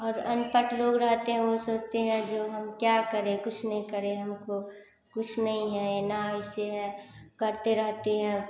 और अनपढ़ लोग रहते हैं वे सोचते हैं कि हम क्या करें कुछ नहीं करें हमको कुछ नहीं है एना ऐसे है करते रहते हैं